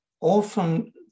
often